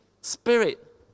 Spirit